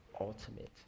ultimate